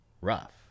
rough